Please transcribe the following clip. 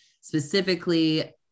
specifically